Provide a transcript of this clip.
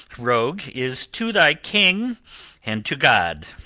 rogue, is to thy king and to god.